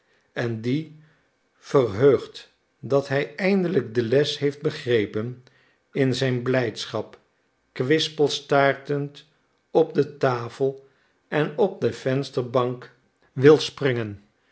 en die verheugd dat hij eindelijk de les heeft begrepen in zijn blijdschap kwispelstaartend op de tafel en op de vensterbank wil springen